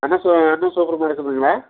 super மார்க்கெட்டுங்களா